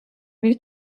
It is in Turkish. bir